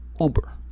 uber